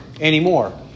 anymore